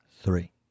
three